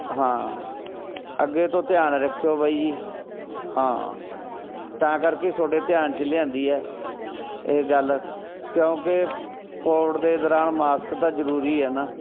ਹਾਂ ਅੱਗੇ ਤੋਂ ਧਿਆਨ ਰੱਖਿਓ ਬਾਈ ਜੀ ਹਾਂ ਤਾਂ ਕਰਕੇ ਤੁਹਾਡੇ ਧਿਆਨ 'ਚ ਲਿਆਂਦੀ ਹੈ ਇਹ ਗੱਲ ਕਿਉਂਕਿ ਕੋਵਿਡ ਦੇ ਦੌਰਾਨ ਮਾਸਕ ਤਾਂ ਜ਼ਰੂਰੀ ਹੈ ਨਾ